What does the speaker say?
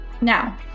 Now